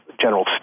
General